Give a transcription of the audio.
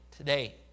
Today